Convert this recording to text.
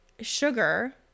Sugar